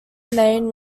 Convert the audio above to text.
main